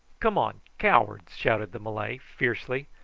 come on, cowards! shouted the malay fiercely,